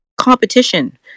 competition